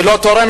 היא לא תורמת,